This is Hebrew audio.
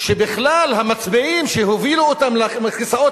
שבכלל המצביעים שהובילו אותם לכיסאות